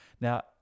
Now